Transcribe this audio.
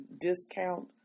discount